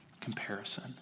comparison